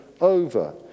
over